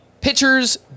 Pitchers